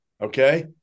Okay